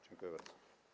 Dziękuję bardzo.